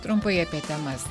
trumpai apie temas